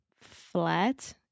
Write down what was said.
flat